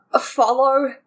Follow